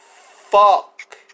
fuck